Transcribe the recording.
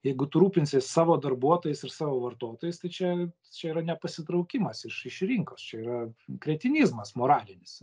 jeigu tu rūpinsies savo darbuotojais ir savo vartotojais tai čia čia yra ne pasitraukimas iš iš rinkos čia yra kretinizmas moralinis